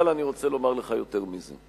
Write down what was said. אבל אני רוצה לומר לך יותר מזה.